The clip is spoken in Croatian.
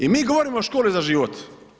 I mi govorimo o školi za život.